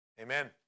Amen